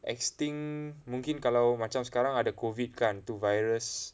extinct mungkin kalau macam sekarang ada COVID kan tu virus